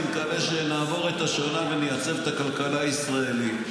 אני מקווה שנעבור את השנה ונייצב את הכלכלה הישראלית,